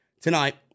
tonight